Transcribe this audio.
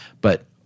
But-